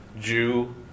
Jew